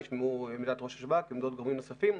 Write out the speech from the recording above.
נשמעו עמדת ראש השב"כ, עמדות גורמים נוספים.